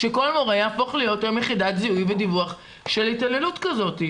שכל מורה יהפוך להיות היום יחידת זיהוי ודיווח של התעללות כזאת.